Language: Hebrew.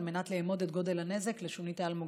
על מנת לאמוד את גודל הנזק לשונית האלמוגים,